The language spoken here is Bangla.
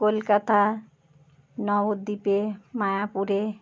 কলকাতা নবদ্বীপে মায়াপুরে